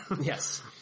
Yes